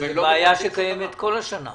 זו בעיה שקיימת כל השנה.